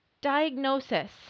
Diagnosis